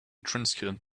translucent